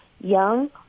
young